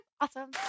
awesome